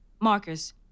Marcus